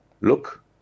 look